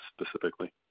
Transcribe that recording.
specifically